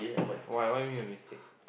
why what you mean by mistake